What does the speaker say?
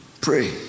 Pray